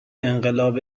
انقلاب